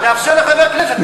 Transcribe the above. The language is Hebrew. אני פונה לחבר הכנסת לוין.